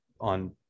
on